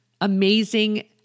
amazing